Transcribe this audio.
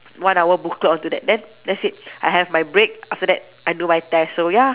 one hour booklet onto that then that's it I have my break after that I do my test so ya